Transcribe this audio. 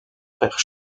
frère